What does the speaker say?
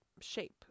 shape